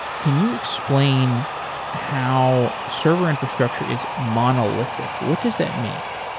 can you explain how server infrastructure is monolithic what does that mean?